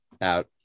out